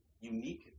unique